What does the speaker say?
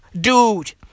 dude